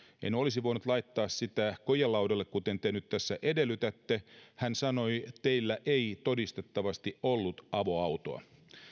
enkä olisi voinut laittaa sitä kojelaudalle kuten te nyt tässä edellytätte hän sanoi teillä ei todistettavasti ollut avoautoa